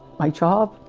my job